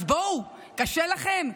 אז בואו, קשה לכם?